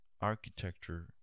architecture